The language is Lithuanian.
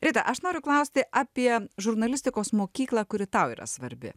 rita aš noriu klausti apie žurnalistikos mokyklą kuri tau yra svarbi